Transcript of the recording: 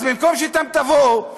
אז במקום שאתם תבואו,